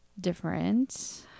different